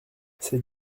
ces